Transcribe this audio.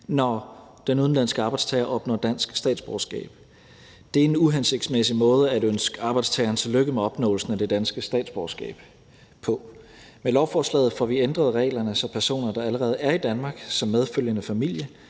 når den udenlandske arbejdstager opnår dansk statsborgerskab. Det er en uhensigtsmæssig måde at ønske arbejdstageren tillykke med opnåelsen af det danske statsborgerskab på. Med lovforslaget får vi ændret reglerne, så personer, der allerede er i Danmark som medfølgende familie,